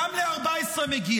גם לערוץ 14 מגיע.